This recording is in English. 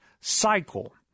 cycle